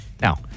Now